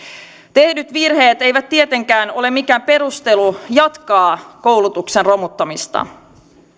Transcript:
tehdyt virheet eivät tietenkään ole mikään peruste jatkaa koulutuksen romuttamista